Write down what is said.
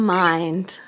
mind